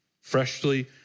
freshly